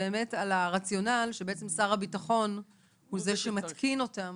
הרציונל ששר הביטחון הוא זה שמתקין אותן